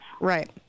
Right